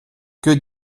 que